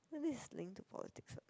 cause this is linked to politics what